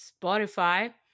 Spotify